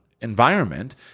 environment